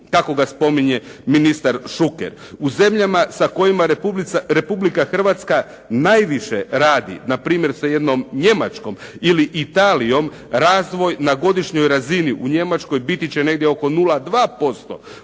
kako ga spominje ministar Šuker. U zemljama sa kojima Republika Hrvatska najviše radi, npr. sa jednom Njemačkom, ili Italijom, razvoj na godišnjoj razini u Njemačkoj biti će negdje oko 0,2%,